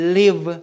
live